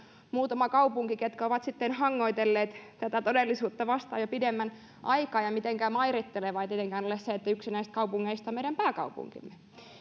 muutama kaupunki ketkä ovat sitten hangoitelleet tätä todellisuutta vastaan jo pidemmän aikaa ja mitenkään mairittelevaa ei tietenkään ole se että yksi näistä kaupungeista on meidän pääkaupunkimme